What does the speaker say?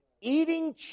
eating